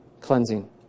cleansing